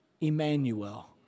Emmanuel